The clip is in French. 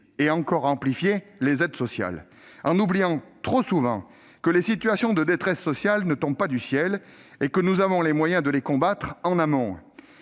encore amplifier les aides sociales. Nous oublions trop souvent que les situations de détresse sociale ne tombent pas du ciel et que nous avons les moyens de les combattre en amont.